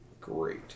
great